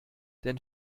denn